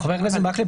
חבר הכנסת מקלב,